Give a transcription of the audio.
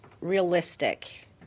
realistic